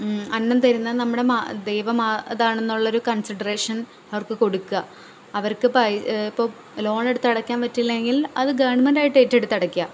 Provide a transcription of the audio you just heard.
അന്നം തരുന്ന നമ്മുടെ മാ ദൈവം അതാണെന്ന് ഉള്ളൊരു കൺസിഡെറേഷൻ അവർക്ക് കൊടുക്കുക അവർക്ക് പൈസ ഇപ്പോൾ ലോൺ എടുത്ത് അടയ്ക്കാൻ പറ്റിയില്ലെങ്കിൽ അത് ഗവൺമെൻറ്റായിട്ട് ഏറ്റെടുത്ത് അടക്കുക